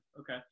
Okay